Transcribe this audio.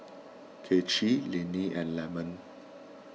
Kaycee Lennie and Lemon